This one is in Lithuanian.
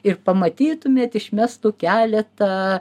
ir pamatytumėt išmestų keletą